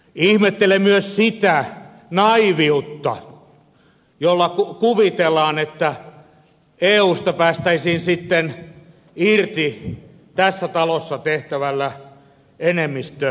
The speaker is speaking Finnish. ihmettelen myös sitä naiiviutta jolla kuvitellaan että eusta päästäisiin sitten irti tässä talossa tehtävällä enemmistöpäätöksellä